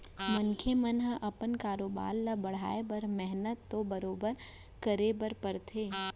मनसे मन ह अपन कारोबार ल बढ़ाए बर मेहनत तो बरोबर करे बर परथे